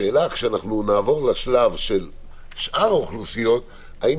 השאלה כשנעבורלשלב של שאר האוכלוסייה האם